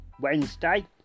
Wednesday